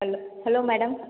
ஹல் hello madam